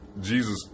Jesus